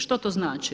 Što to znači?